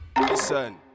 listen